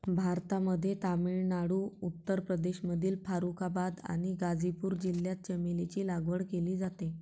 भारतामध्ये तामिळनाडू, उत्तर प्रदेशमधील फारुखाबाद आणि गाझीपूर जिल्ह्यात चमेलीची लागवड केली जाते